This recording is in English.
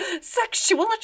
sexual